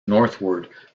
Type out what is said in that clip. northward